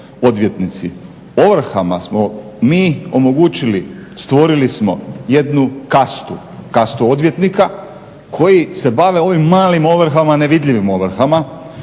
odvjetnici. Ovrhama smo mi omogućili, stvorili smo jednu kastu, kastu odvjetnika koji se bave ovim malim ovrhama, nevidljivim ovrhama